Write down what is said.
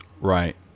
Right